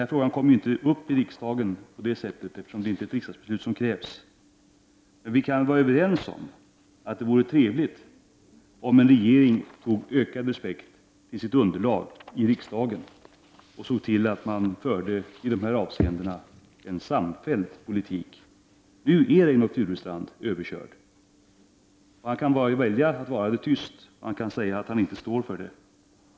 Den frågan kommer inte upp i riksdagen på det sättet, eftersom det inte krävs ett riksdagsbeslut. Men vi kan vara överens om att det vore trevligt om en regering hade ökad respekt för sitt underlag i riksdagen och såg till att man förde en samfälld politik i dessa avseenden. Nu är Reynhold Furustrand överkörd. Han kan välja att vara tyst, eller han kan säga att han inte står för det.